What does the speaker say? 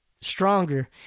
stronger